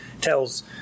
tells